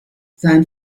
sein